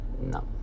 No